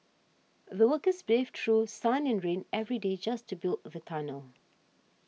the workers braved through sun and rain every day just to build the tunnel